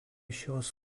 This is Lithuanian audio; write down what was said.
šios